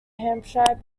hampshire